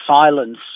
silence